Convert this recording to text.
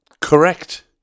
Correct